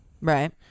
Right